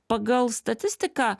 pagal statistiką